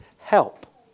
help